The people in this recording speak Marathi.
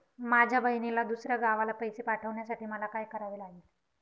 माझ्या बहिणीला दुसऱ्या गावाला पैसे पाठवण्यासाठी मला काय करावे लागेल?